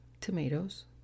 tomatoes